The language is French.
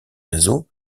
réseaux